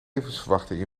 levensverwachting